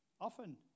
Often